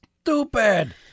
stupid